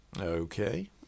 Okay